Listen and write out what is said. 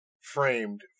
framed